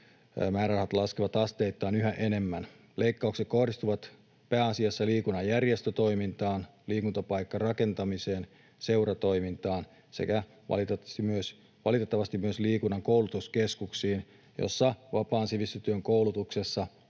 määrärahat laskevat asteittain yhä enemmän. Leikkaukset kohdistuvat pääasiassa liikunnan järjestötoimintaan, liikuntapaikkarakentamiseen, seuratoimintaan sekä valittavasti myös liikunnan koulutuskeskuksiin. Vapaan sivistystyön koulutuksessa